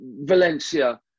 Valencia